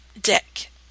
dick